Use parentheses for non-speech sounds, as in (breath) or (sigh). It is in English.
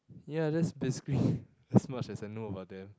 ya that's basically (breath) as much as I know about them